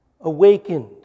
awakened